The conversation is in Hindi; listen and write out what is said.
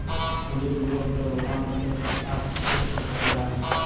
मुझे गूगल पे भुगतान करने पर आठ प्रतिशत कैशबैक मिला है